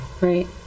Right